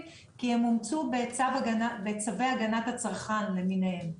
כי הם אומצו בצווי הגנת הצרכן למיניהם.